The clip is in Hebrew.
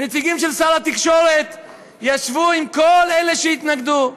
ונציגים של שר התקשורת ישבו עם כל אלה שהתנגדו.